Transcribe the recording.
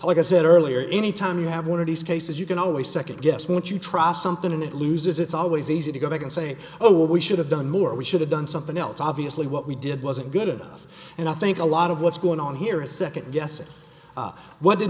like i said earlier any time you have one of these cases you can always nd guess what you try something and it loses it's always easy to go back and say oh we should have done more we should have done something else obviously what we did wasn't good enough and i think a lot of what's going on here is nd guessing what did